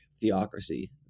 theocracy